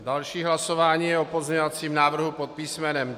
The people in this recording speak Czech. Další hlasování je o pozměňovacím návrhu pod písmenem D.